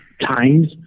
times